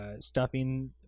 stuffing